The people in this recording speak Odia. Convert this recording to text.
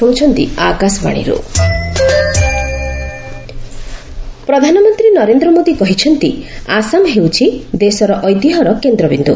ପିଏମ୍ ଆସାମ ପ୍ରଧାନମନ୍ତ୍ରୀ ନରେନ୍ଦ୍ର ମୋଦି କହିଛନ୍ତି ଆସାମ ହେଉଛି ଦେଶର ଐତିହ୍ୟର କେନ୍ଦ୍ରବିନ୍ଦୁ